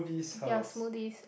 ya smoothies